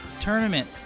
Tournament